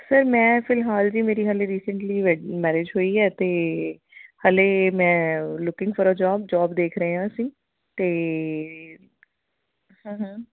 sir ਮੈਂ ਫਿਲਹਾਲ ਜੀ ਮੇਰੀ ਹਜੇ ਰੀਸੈਂਟਲੀ ਵੈ ਮੈਰਿਜ ਹੋਈ ਹੈ ਅਤੇ ਹਜੇ ਮੈਂ looking for a job job ਦੇਖ ਰਹੇ ਹਾਂ ਅਸੀਂ ਅਤੇ ਹੁੰ ਹੁੰ